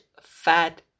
fat